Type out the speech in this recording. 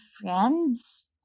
friends